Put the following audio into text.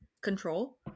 Control